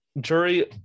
Jury